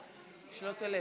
שלא תלך.